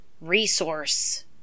resource